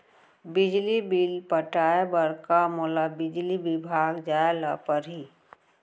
बिजली बिल पटाय बर का मोला बिजली विभाग जाय ल परही?